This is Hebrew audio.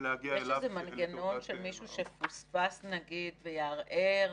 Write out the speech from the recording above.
מנגנון למישהו שפוספס כדי שיוכל לערער?